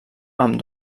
amb